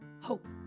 Hope